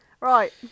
Right